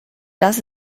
das